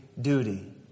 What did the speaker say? duty